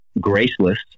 graceless